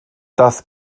das